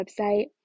website